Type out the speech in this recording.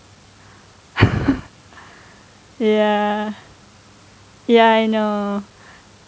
ya ya I know